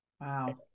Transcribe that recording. Wow